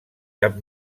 cap